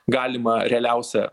galimą realiausią